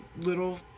little